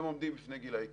הם עומדים בפני גילי קידום,